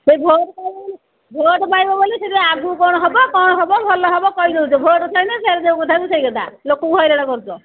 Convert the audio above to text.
ସେଇ ଭୋଟ୍ ପାଇବ ବୋଲି ଭୋଟ୍ ପାଇବ ବୋଲି ସେଇଟା ଆଗକୁ କ'ଣ ହେବ କ'ଣ ହେବ ଭଲ ହେବ କହିିଦେଉଛ ଭୋଟ୍ ସରିଲେ ସେଇ ଯେଉଁ କଥାକୁ ସେଇକଥା ଲୋକଙ୍କୁ ହଇରାଣ କରୁଛ